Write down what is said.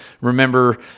remember